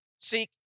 seek